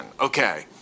Okay